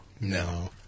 No